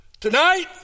Tonight